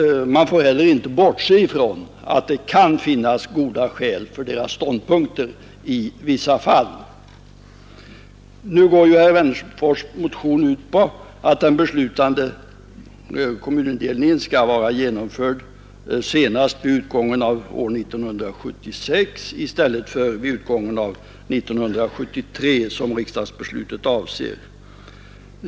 Man får inte heller bortse från att det kan finnas goda skäl för deras ståndpunkter i vissa fall. Herr Wennerfors” motion går ut på att den beslutade kommunin delningen skall vara genomförd senast vid utgången av år 1976 i stället för vid utgången av år 1973 som riksdagsbeslutet avser.